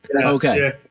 Okay